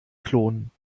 klonen